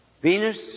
Venus